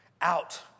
out